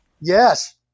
Yes